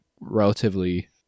relatively